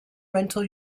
rental